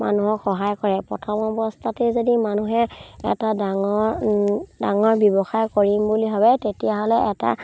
মানুহক সহায় কৰে প্ৰথম অৱস্থাতে যদি মানুহে এটা ডাঙৰ ডাঙৰ ব্যৱসায় কৰিম বুলি ভাবে তেতিয়াহ'লে এটা